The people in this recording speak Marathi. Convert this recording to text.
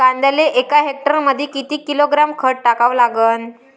कांद्याले एका हेक्टरमंदी किती किलोग्रॅम खत टाकावं लागन?